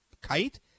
kite